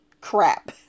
crap